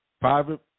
Private